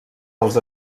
els